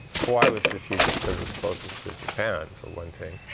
kauai was strategic because it was closest to japan, for one thing.